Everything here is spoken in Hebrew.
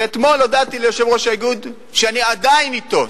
ואתמול הודעתי ליושב-ראש האיגוד שאני עדיין אתו.